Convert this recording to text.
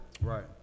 Right